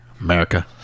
America